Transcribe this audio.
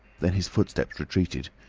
then his footsteps retreated.